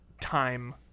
time